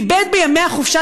איבד בימי החופשה.